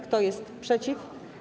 Kto jest przeciw?